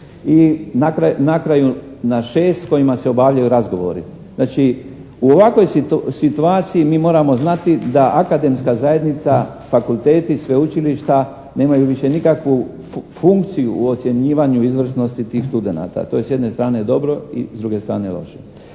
i na kraju na 6 s kojima se obavljaju razgovori. Znači, u ovakvoj situaciji mi moramo znati da akademska zajednica, fakulteti, sveučilišta nemaju više nikakvu funkciju u ocjenjivanju izvrsnosti tih studenata. To je s jedne strane dobro a s druge strane loše.